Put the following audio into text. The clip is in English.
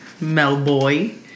Melboy